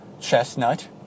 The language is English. chestnut